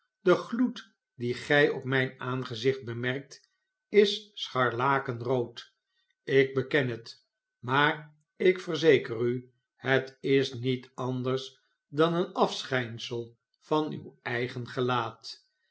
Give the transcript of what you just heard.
degloed dien gij op mijn aangezicht bemerkt is scharlakenrood ik beken het maar ik verzeker u het is niet anders dan een afschijnsel van uw eigen gelaat